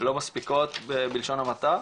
לא מספיקות בלשון המעטה,